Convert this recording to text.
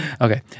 Okay